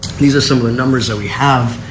these are some of the numbers that we have.